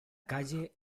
calle